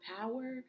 power